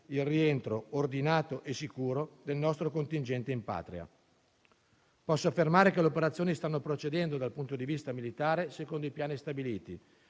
il rientro ordinato e sicuro del nostro contingente in patria. Posso affermare che le operazioni stanno procedendo, dal punto di vista militare, secondo i piani stabiliti,